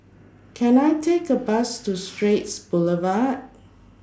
Can I Take A Bus to Straits Boulevard